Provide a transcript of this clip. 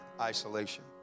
isolation